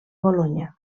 bolonya